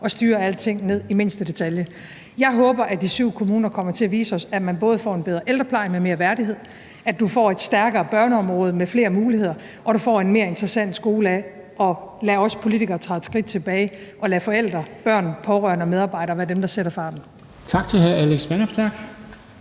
og styre alting ned i mindste detalje. Jeg håber, at de syv kommuner kommer til at vise os, at man både får en bedre ældrepleje med mere værdighed, at man får et stærkere børneområde med flere muligheder, og at man får en mere interessant skole af at lade os politikere træde et skridt tilbage og lade forældre, børn, pårørende og medarbejdere være dem, der sætter farten. Kl. 14:07 Formanden